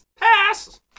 Pass